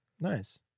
Nice